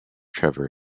trevor